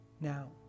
Now